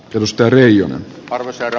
luostari on varma saada